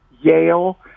Yale